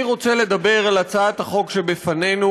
אני רוצה לדבר על הצעת החוק שבפנינו,